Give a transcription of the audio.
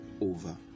over